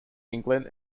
england